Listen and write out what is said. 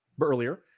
earlier